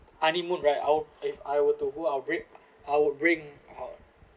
honeymoon right I will if I will to go our break I would bring I'll